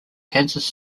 kansas